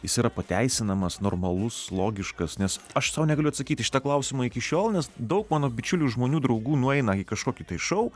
jis yra pateisinamas normalus logiškas nes aš sau negaliu atsakyt į šitą klausimą iki šiol nes daug mano bičiulių žmonių draugų nueina į kažkokį tai šou